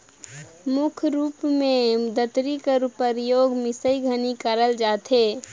मुख रूप मे दँतरी कर परियोग मिसई घनी करल जाथे